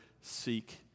seek